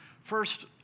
First